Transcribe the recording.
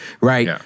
right